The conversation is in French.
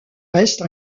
reste